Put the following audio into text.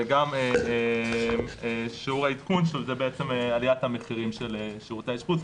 וגם שיעור העדכון שזה בעצם עליית המחירים של שירותי האשפוז,